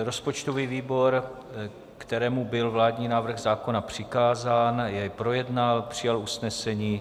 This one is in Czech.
Rozpočtový výbor, kterému byl vládní návrh zákona přikázán, jej projednal a přijal usnesení.